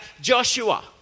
Joshua